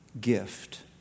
gift